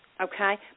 okay